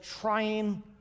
trying